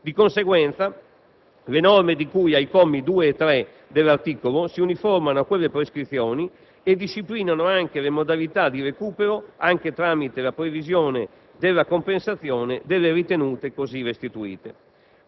Di conseguenza, le norme di cui ai commi 2 e 3 dell'articolo si uniformano a quelle prescrizioni e disciplinano le modalità di recupero anche tramite la previsione della compensazione delle ritenute così restituite.